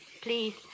Please